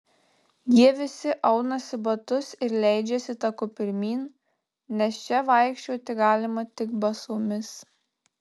jie visi aunasi batus ir leidžiasi taku pirmyn nes čia vaikščioti galima tik basomis